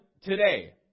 today